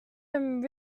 and